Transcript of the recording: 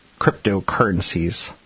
cryptocurrencies